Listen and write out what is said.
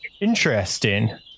Interesting